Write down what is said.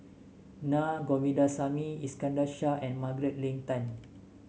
Naa Govindasamy Iskandar Shah and Margaret Leng Tan